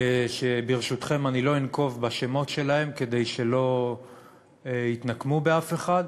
וברשותכם לא אנקוב בשמותיהם כדי שלא יתנקמו באף אחד,